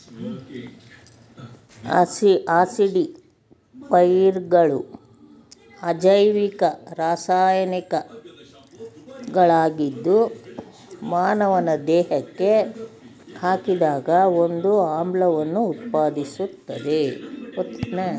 ಆಸಿಡಿಫೈಯರ್ಗಳು ಅಜೈವಿಕ ರಾಸಾಯನಿಕಗಳಾಗಿದ್ದು ಮಾನವನ ದೇಹಕ್ಕೆ ಹಾಕಿದಾಗ ಒಂದು ಆಮ್ಲವನ್ನು ಉತ್ಪಾದಿಸ್ತದೆ